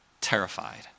terrified